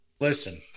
listen